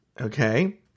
Okay